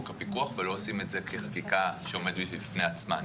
הפיקוח ולא עושים את זה כחקיקה נפקדת שעומדת בפני עצמה.